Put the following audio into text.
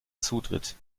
zutritt